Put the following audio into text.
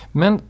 men